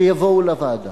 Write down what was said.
שיבואו לוועדה.